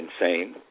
insane